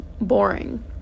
boring